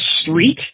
street